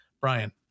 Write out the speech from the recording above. Brian